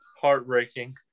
Heartbreaking